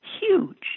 huge